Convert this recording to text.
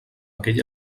aquell